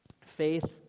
faith